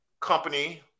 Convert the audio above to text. company